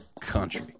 COUNTRY